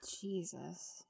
Jesus